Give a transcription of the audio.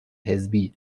حزبی